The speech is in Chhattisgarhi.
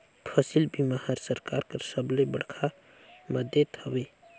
फसिल बीमा हर सरकार कर सबले बड़खा मदेत हवे